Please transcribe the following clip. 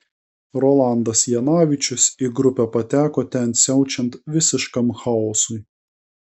rolandas janavičius į grupę pateko ten siaučiant visiškam chaosui